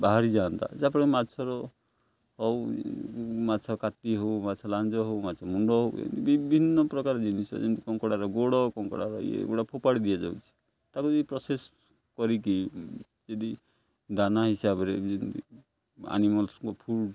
ବାହାରି ଯାଆନ୍ତା ଯାହାଫଳରେ ମାଛର ହଉ ମାଛ କାତି ହଉ ମାଛ ଲାଞ୍ଜ ହଉ ମାଛ ମୁଣ୍ଡ ହଉ ଏମିତି ବିଭିନ୍ନ ପ୍ରକାର ଜିନିଷ ଯେମିତି କଙ୍କଡ଼ାର ଗୋଡ଼ କଙ୍କଡ଼ାର ଇଏଗୁଡ଼ା ଫୋପାଡ଼ି ଦିଆଯାଉଛି ତାକୁ ଯଦି ପ୍ରସେସ କରିକି ଯଦି ଦାନା ହିସାବରେ ଯେମିତି ଆନିମଲ୍ସଙ୍କ ଫୁଡ଼